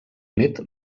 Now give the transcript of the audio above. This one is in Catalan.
nét